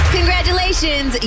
Congratulations